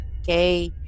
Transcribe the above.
Okay